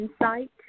insight